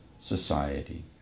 society